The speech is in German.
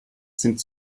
sind